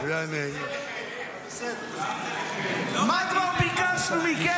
אופוזיציה לחיילים --- מה כבר ביקשנו מכם?